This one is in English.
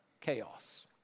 chaos